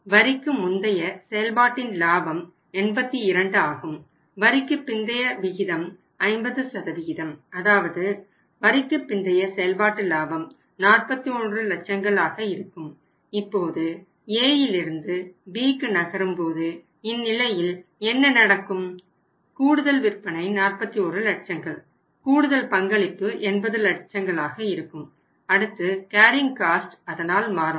carrying cost அதனால் மாறும்